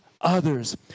others